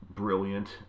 brilliant